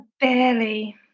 Barely